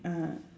ah